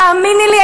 תאמיני לי,